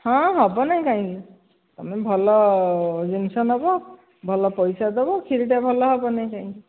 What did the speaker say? ହଁ ହେବ ନାହି କାହିଁକି ତୁମେ ଭଲ ଜିନିଷ ନେବ ଭଲ ପଇସା ଦେବ କ୍ଷୀରିଟା ଭଲ ହେବ ନାହିଁ କାହିଁକି